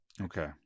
Okay